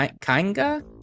kanga